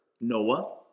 Noah